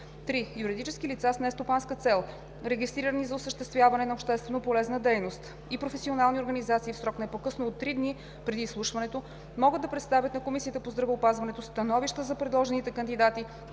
3. Юридически лица с нестопанска цел, регистрирани за осъществяване на общественополезна дейност, и професионални организации в срок не по-късно от три дни преди изслушването могат да представят на Комисията по здравеопазването становища за предложените кандидати,